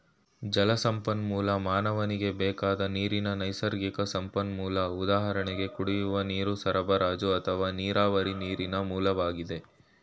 ಜಲಸಂಪನ್ಮೂಲ ಮಾನವನಿಗೆ ಬೇಕಾದ ನೀರಿನ ನೈಸರ್ಗಿಕ ಸಂಪನ್ಮೂಲ ಉದಾಹರಣೆ ಕುಡಿಯುವ ನೀರು ಸರಬರಾಜು ಅಥವಾ ನೀರಾವರಿ ನೀರಿನ ಮೂಲವಾಗಿ